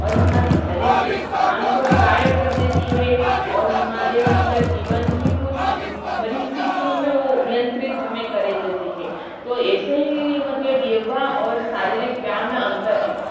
और हमारी शरीर की थकान को भी गायब कर देती है और हमारे मतलब जीवन की कुछ परिस्थितियों में ओ नियंत्रित हमें कर ही देते हैं तो ऐसे ही मतलब योगा और शारीरिक व्यायाम में अंतर है